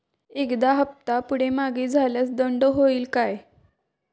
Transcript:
एखादा हफ्ता पुढे मागे झाल्यास दंड होईल काय?